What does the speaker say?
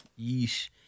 Yeesh